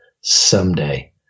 someday